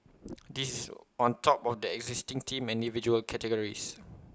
this is on top of the existing team and individual categories